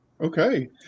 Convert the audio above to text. Okay